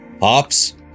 Hops